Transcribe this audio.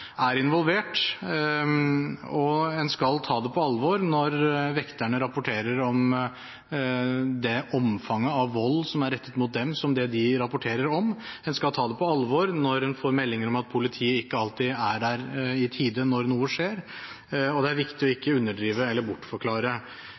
er involvert, og en skal ta det på alvor når vekterne rapporterer om det omfanget av vold som er rettet mot dem. En skal ta det på alvor når en får meldinger om at politiet ikke alltid er der i tide når noe skjer, og det er viktig å ikke underdrive eller bortforklare.